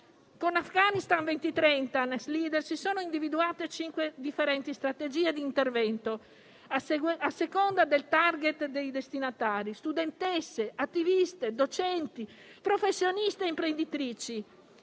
Con Afghanistan 2030-Next Leaders si sono individuate cinque differenti strategie di intervento, a seconda del *target* dei destinatari: studentesse, attiviste, docenti, professioniste e imprenditrici.